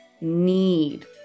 need